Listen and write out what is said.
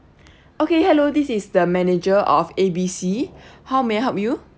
okay hello this is the manager of A B C how may I help you